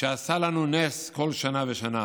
שעשה לנו נס כל שנה ושנה